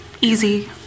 easy